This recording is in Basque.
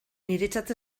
niretzat